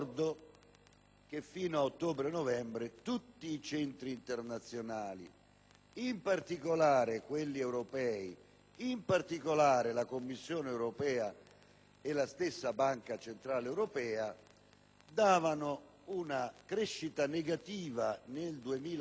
che, fino ad ottobre-novembre, tutti i centri internazionali, in particolare quelli europei, nonché la stessa Commissione europea e la stessa Banca centrale europea davano una crescita negativa per i